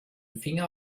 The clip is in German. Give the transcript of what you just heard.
finger